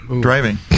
Driving